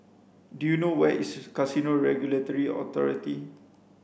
do you know where is Casino Regulatory Authority